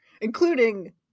including